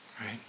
right